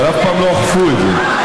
אבל אף פעם לא אכפו את זה.